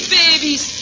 babies